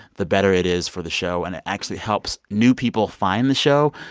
the better it is for the show. and it actually helps new people find the show.